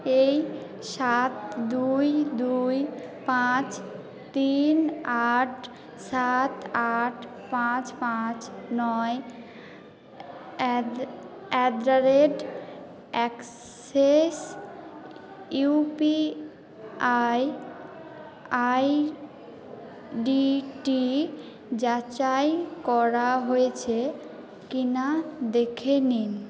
এই সাত দুই দুই পাঁচ তিন আট সাত আট পাঁচ পাঁচ নয় at at the rate Axis UPI আইডিটি যাচাই করা হয়েছে কিনা দেখে নিন